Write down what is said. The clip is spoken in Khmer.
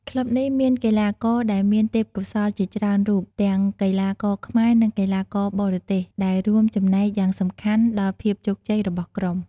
ក្លឹបនេះមានកីឡាករដែលមានទេពកោសល្យជាច្រើនរូប ទាំងកីឡាករខ្មែរ និងកីឡាករបរទេស ដែលរួមចំណែកយ៉ាងសំខាន់ដល់ភាពជោគជ័យរបស់ក្រុម។